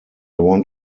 want